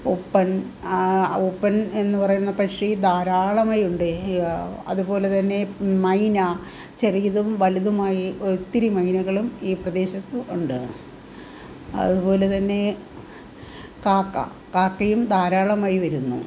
open ഒപ്പൻ എന്നു പറയുന്ന പക്ഷി ധാരാളമായുണ്ട് അതുപോലെത്തന്നെ മൈന ചെറിയതും വലുതുമായി ഒത്തിരി മൈനകളും ഈ പ്രദേശത്തുണ്ട് അതുപോലെത്തന്നെ കാക്ക കാക്കയും ധാരാളമായി വരുന്നു